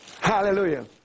Hallelujah